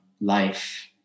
life